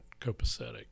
copacetic